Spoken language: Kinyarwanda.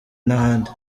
n’ahandi